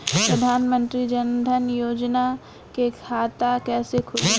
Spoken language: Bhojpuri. प्रधान मंत्री जनधन योजना के खाता कैसे खुली?